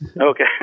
Okay